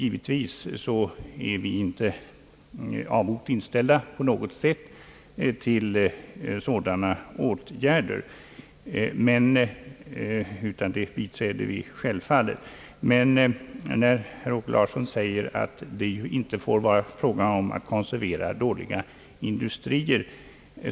Givetvis är vi inte på något sätt avogt inställda till sådana åtgärder, utan vi biträder dem självfallet. Herr Larsson framhåller därtill att det inte får vara fråga om att konservera dåliga industrier.